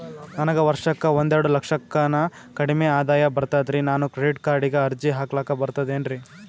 ನನಗ ವರ್ಷಕ್ಕ ಒಂದೆರಡು ಲಕ್ಷಕ್ಕನ ಕಡಿಮಿ ಆದಾಯ ಬರ್ತದ್ರಿ ನಾನು ಕ್ರೆಡಿಟ್ ಕಾರ್ಡೀಗ ಅರ್ಜಿ ಹಾಕ್ಲಕ ಬರ್ತದೇನ್ರಿ?